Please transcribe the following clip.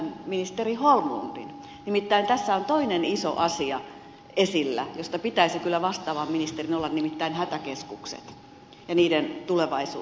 nimittäin tässä on esillä toinen iso asia jonka johdosta pitäisi kyllä vastaavan ministerin olla läsnä nimittäin hätäkeskukset ja niiden tulevaisuus